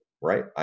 right